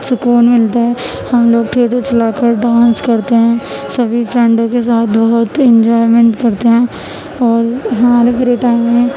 سکون ملتا ہے ہم لوگ تھیٹر چلا کر ڈانس کرتے ہیں سبھی فرینڈوں کے ساتھ بہت اینجوائمینٹ کرتے ہیں اور ہمارے فری ٹائم میں